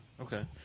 okay